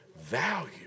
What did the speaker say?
value